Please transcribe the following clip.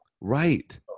Right